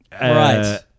Right